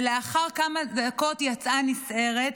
ולאחר כמה דקות יצאה נסערת,